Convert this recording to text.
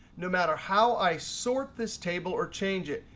no matter how i sort this table or change it,